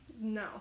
No